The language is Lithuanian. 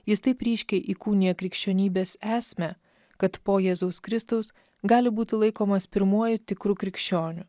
jis taip ryškiai įkūnija krikščionybės esmę kad po jėzaus kristaus gali būti laikomas pirmuoju tikru krikščioniu